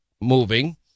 moving